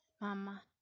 Mama